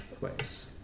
ways